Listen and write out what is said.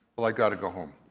well i gotta go home.